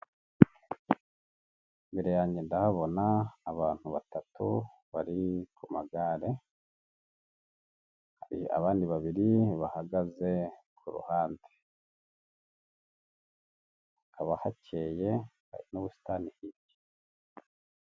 Imbere yanjye ndahabona abantu batatu bari ku magare, hari abandi babiri bahagaze ku ruhande haba hakeye hari n'ubusitani hirya.